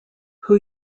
who